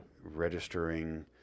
registering